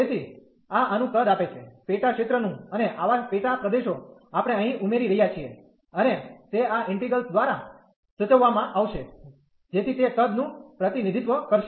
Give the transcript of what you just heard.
તેથી આ આનું કદ આપે છે પેટા ક્ષેત્ર નું અને આવા પેટા પ્રદેશો આપણે અહીં ઉમેરી રહ્યા છીએ અને તે આ ઈન્ટિગ્રલ દ્વારા સૂચવવામાં આવશે જેથી તે કદ નું પ્રતિનિધિત્વ કરશે